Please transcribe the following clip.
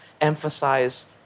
emphasize